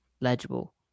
legible